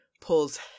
pulls